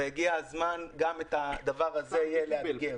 והגיע הזמן גם את הדבר הזה לאתגר.